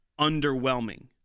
underwhelming